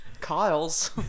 Kyle's